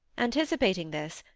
anticipating this,